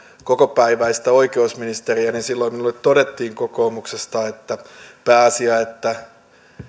kokopäiväistä oikeusministeriä niin silloin minulle todettiin kokoomuksesta että pääasia että